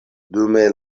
dume